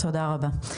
תודה רבה.